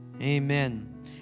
Amen